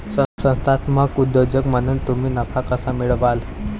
संस्थात्मक उद्योजक म्हणून तुम्ही नफा कसा मिळवाल?